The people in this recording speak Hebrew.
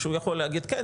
שהוא יכול להגיד "כן",